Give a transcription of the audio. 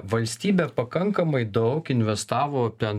valstybė pakankamai daug investavo ten